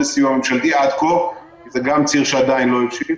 בסיוע ממשלתי עד כה) זה גם ציר שעדין לא הבשיל,